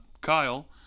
Kyle